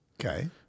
Okay